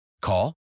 Call